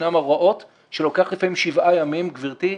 ישנן הוראות שלוקח לפעמים שבעה ימים, גברתי,